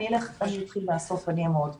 אני אתחיל מהסוף ואני אהיה מאוד קצרה.